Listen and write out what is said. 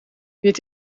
het